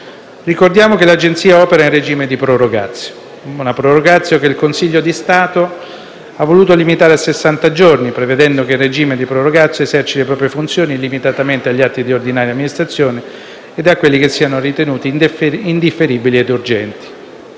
ricordiamo che l'Agenzia opera in regime di *prorogatio*, che il Consiglio di Stato ha voluto limitare a sessanta giorni, prevedendo che in regime di *prorogatio* eserciti le proprie funzioni limitatamente agli atti di ordinaria amministrazione ed a quelli che siano ritenuti indifferibili e urgenti.